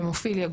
המופיליה,